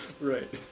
Right